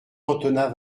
antonin